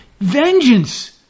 vengeance